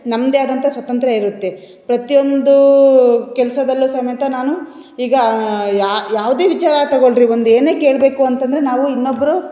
ನಮ್ಮದೇ ಆದಂಥ ಸ್ವತಂತ್ರ ಇರುತ್ತೆ ಪ್ರತಿಯೊಂದು ಕೆಲಸದಲ್ಲೂ ಸಮೇತ ನಾನು ಈಗ ಯಾವುದೇ ವಿಚಾರ ತೊಗೋಳ್ರಿ ಒಂದು ಏನೇ ಕೇಳಬೇಕು ಅಂತಂದರೆ ನಾವು ಇನ್ನೊಬ್ಬರು